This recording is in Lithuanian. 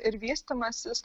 ir vystymasis